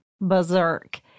berserk